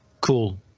cool